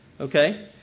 Okay